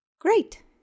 Great